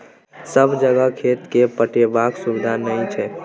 सब जगह खेत केँ पटेबाक सुबिधा नहि छै